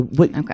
Okay